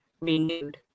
renewed